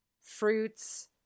fruits